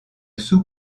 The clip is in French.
sous